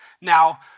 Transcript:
Now